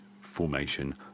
formation